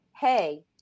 hey